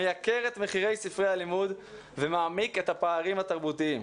מייקר את מחירי ספרי הלימוד ומעמיק את הפערים התרבותיים.